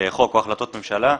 חוק או החלטות ממשלה,